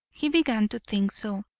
he began to think so,